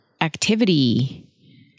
activity